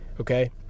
Okay